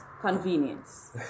convenience